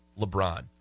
LeBron